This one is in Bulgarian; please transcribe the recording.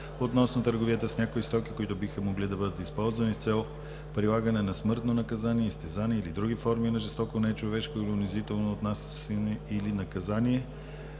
относно търговията с някои стоки, които биха могли да бъдат използвани с цел прилагане на смъртно наказание, изтезания или други форми на жестоко, нечовешко или унизително отнасяне или наказание,